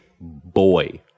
boy